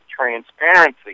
transparency